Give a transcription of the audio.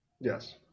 yes